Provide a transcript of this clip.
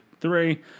three